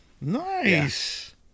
Nice